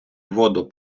воду